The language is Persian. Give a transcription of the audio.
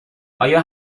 آیا